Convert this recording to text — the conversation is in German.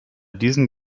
diesen